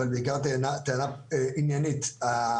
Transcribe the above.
אבל בעיקר טענה עניינית.